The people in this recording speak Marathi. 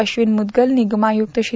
अश्विन मुद्गल निगमायुक्त श्री